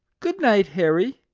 good night, harry!